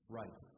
right